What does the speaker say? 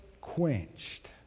quenched